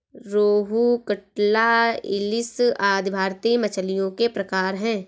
रोहू, कटला, इलिस आदि भारतीय मछलियों के प्रकार है